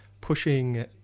pushing